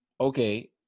Okay